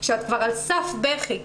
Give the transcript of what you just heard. כשאת כבר על סף בכי,